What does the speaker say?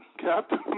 Captain